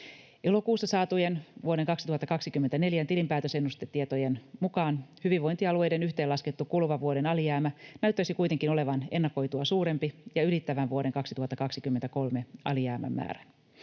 Elokuussa saatujen vuoden 2024 tilinpäätösennustetietojen mukaan hyvinvointialueiden yhteenlaskettu kuluvan vuoden alijäämä näyttäisi kuitenkin olevan ennakoitua suurempi ja ylittävän vuoden 2023 alijäämän määrän.